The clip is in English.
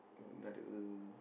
another